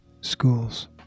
schools